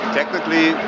technically